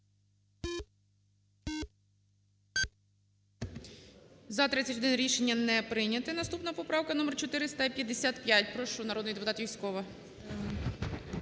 За-31 Рішення не прийнято. Наступна поправка - номер 455. Прошу, народний депутат Юзькова.